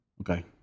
Okay